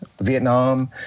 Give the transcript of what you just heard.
Vietnam